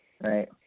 right